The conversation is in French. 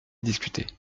discuter